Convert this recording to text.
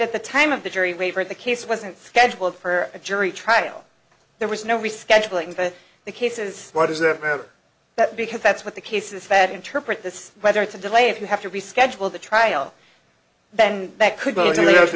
at the time of the jury wavered the case wasn't scheduled for a jury trial there was no rescheduling but the cases why does it matter that because that's what the case is fed interpret this whether it's a delay if you have to reschedule the trial then that could go to